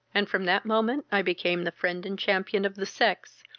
and from that moment i became the friend and champion of the sex,